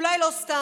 אולי לא סתם.